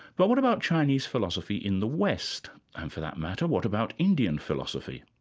but what about chinese philosophy in the west, and for that matter, what about indian philosophy?